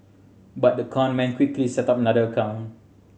but the con man quickly set up another account